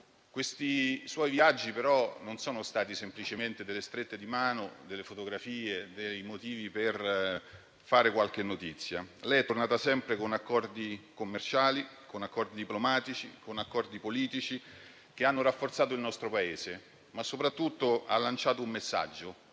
Questi suoi viaggi, però, non sono stati semplicemente delle strette di mano, delle fotografie, dei motivi per fare notizia. Lei è tornata sempre con accordi commerciali, con accordi diplomatici e con accordi politici che hanno rafforzato il nostro Paese, ma soprattutto ha lanciato un messaggio: